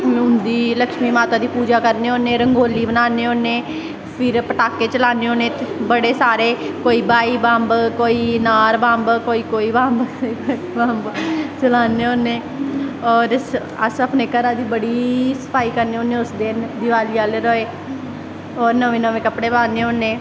उंदी लक्ष्मी माता दी पूजा करने होन्ने रंगोली बनान्ने होन्ने फिर पटाके चलाने होन्ने बड़े सारे कोई ब्हाई बम्ब कोई नार बम्ब कोई बम्ब चलान्ने होन्ने और अस अपने घर दा बड़ी सफाई करने होन्ने उस रोज दिवाली आह्ले दिन और नमें नमें कपड़े पान्ने होन्ने